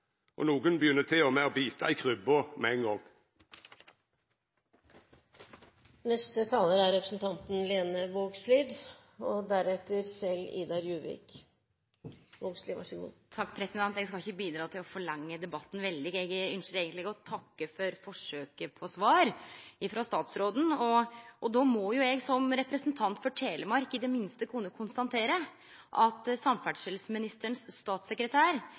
og nokre begynner til og med å bita i krybba med ein gong. Eg skal ikkje bidra til å forlenge debatten veldig. Eg ynskte eigentleg å takke for forsøket på svar frå statsråden, og då må jo eg, som representant for Telemark, i det minste kunne konstatere at samferdselsministerens statssekretær